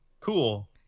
Cool